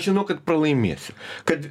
žinau kad pralaimėsiu kad